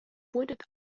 pointed